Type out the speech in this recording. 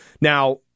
Now